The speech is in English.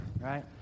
right